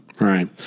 Right